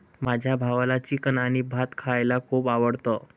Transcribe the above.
माझ्या भावाला चिकन आणि भात खायला खूप आवडतं